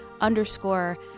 underscore